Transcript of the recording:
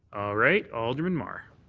right. alderman mar.